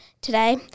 today